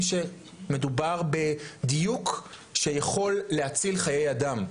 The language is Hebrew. שמדובר בדיוק שיכול להציל חיי אדם.